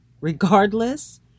regardless